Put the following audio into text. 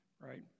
Right